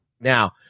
now